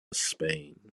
spain